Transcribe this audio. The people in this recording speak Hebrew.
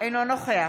אינו נוכח